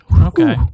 Okay